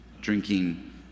drinking